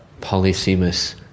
polysemous